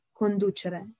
conducere